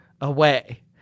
away